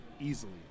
easily